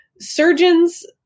Surgeons